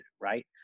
Right